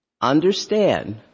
understand